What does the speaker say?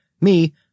me